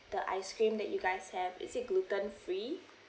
the ice cream that you guys have is it gluten free